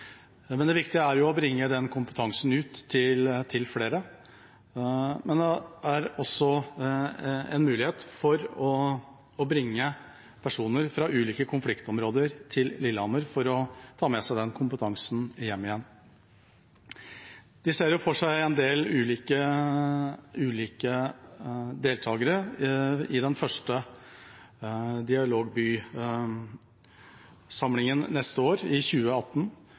men det viktige er jo å bringe den kompetansen ut til flere. Det er også en mulighet for å bringe personer fra ulike konfliktområder til Lillehammer for så å ta med seg den kompetansen hjem igjen. De ser for seg en del ulike deltakere i den første dialogbysamlingen neste år, i 2018,